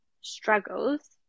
struggles